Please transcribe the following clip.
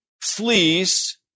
flees